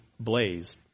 blaze